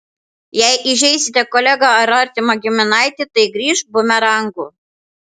jei įžeisite kolegą ar artimą giminaitį tai grįš bumerangu